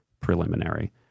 preliminary